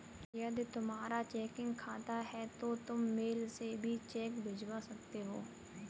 यदि तुम्हारा चेकिंग खाता है तो तुम मेल से भी चेक भिजवा सकते हो